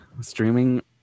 streaming